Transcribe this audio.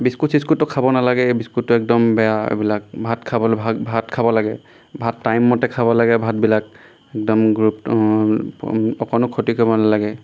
biscuit চিস্কুটটো খাব নালাগে এই বিস্কুটটো একদম বেয়া এইবিলাক ভাত খাবলৈ ভাল ভাত খাব লাগে ভাত টাইম মতে খাব লাগে ভাতবিলাক একদম গ্ৰ'ত অকণো ক্ষতি কৰিব নালাগে